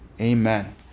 Amen